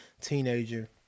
teenager